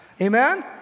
Amen